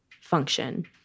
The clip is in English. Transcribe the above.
function